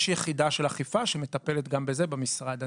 יש יחידה של אכיפה שמטפלת גם בזה במשרד.